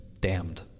damned